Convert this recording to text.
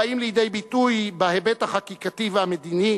הבאות לידי ביטוי בהיבט החקיקתי והמדיני